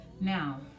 Now